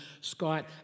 Scott